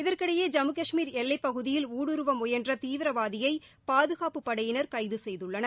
இதற்கிடைய ஜம்மு கஷ்மீர் எல்வைப்பகுதியில் ஊடுறுவ முயன்ற தீவிரவாதியை பாதுகாப்புப் படையினர் கைது செய்துள்ளனர்